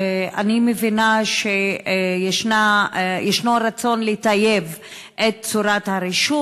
אני מבינה שיש רצון לטייב את צורת הרישום.